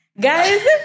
guys